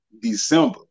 december